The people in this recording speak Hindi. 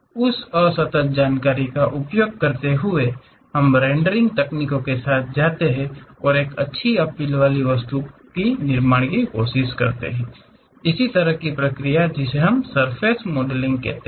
उस असतत जानकारी का उपयोग करते हुए हम रेंडरिंग तकनीकों के साथ जाते हैं एक अच्छी अपील वाली वस्तु के निर्माण की कोशिश करते हैं इस तरह की प्रक्रिया जिसे हम सर्फ़ेस मॉडलिंग कहते हैं